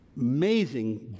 Amazing